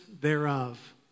thereof